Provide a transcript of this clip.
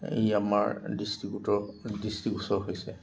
এই আমাৰ দৃষ্টিগোটৰ দৃষ্টিগোচৰ হৈছে